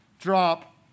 drop